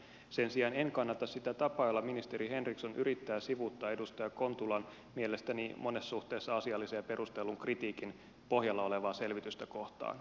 sen sijaan en kannata sitä tapaa jolla ministeri henriksson yrittää sivuuttaa edustaja kontulan mielestäni monessa suhteessa asiallisen ja perustellun kritiikin pohjalla olevaa selvitystä kohtaan